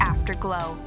Afterglow